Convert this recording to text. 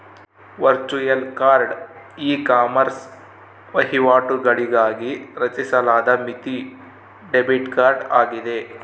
virtual card ecommerce ವಹಿವಾಟುಗಳಿಗಾಗಿ ರಚಿಸಲಾದ ಮಿತಿ ಡೆಬಿಟ್ ಕಾರ್ಡ್ ಆಗಿದೆ